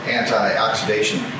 anti-oxidation